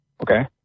Okay